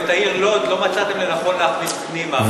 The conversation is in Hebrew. ואת העיר לוד לא מצאתם לנכון להכניס פנימה.